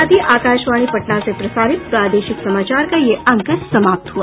इसके साथ ही आकाशवाणी पटना से प्रसारित प्रादेशिक समाचार का ये अंक समाप्त हुआ